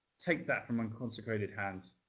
take that from unconsecrated hands.